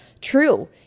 true